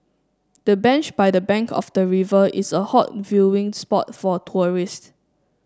the bench by the bank of the river is a hot viewing spot for tourists